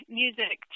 music